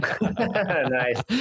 Nice